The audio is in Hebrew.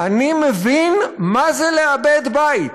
אני מבין מה זה לאבד בית,